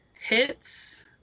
hits